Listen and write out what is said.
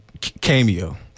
Cameo